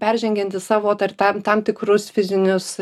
peržengiantis savo tam tam tikrus fizinius